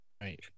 Right